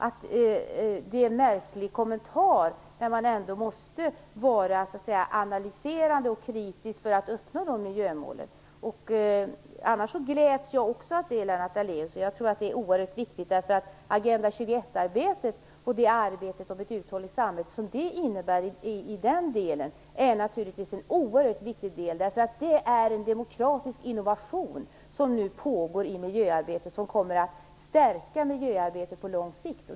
Det är en märklig kommentar när man ändå måste vara analyserande och kritisk för att uppnå de miljömålen. Annars gläds jag också, Lennart Daléus. Jag tror att det är oerhört viktigt. Agenda 21-arbetet och det arbete mot ett uthålligt samhälle som det innebär är naturligtvis en oerhört viktig del. Det är en demokratisk innovation som nu pågår i miljöarbetet och som kommer att stärka det på lång sikt.